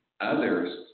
Others